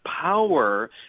power